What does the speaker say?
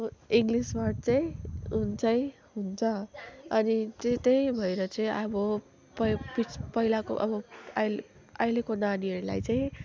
अब English word चाहिँ हुन्छै हुन्छ अनि त्यही भएर चाहिँ अब पै पिछ पहिलाको अब अहिले अहिलेको नानीहरूलाई चाहिँ